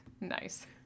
Nice